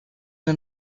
una